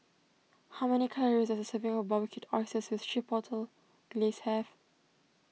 how many calories does a serving of Barbecued Oysters with Chipotle Glaze have